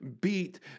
beat